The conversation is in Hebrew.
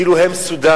כאילו הם סודנים,